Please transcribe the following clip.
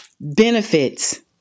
Benefits